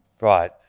Right